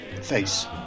face